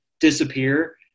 disappear